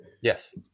Yes